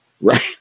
Right